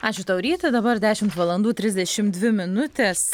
ačiū tau ryti dabar dešimt valandų trisdešimt dvi minutės